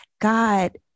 God